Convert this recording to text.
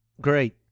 great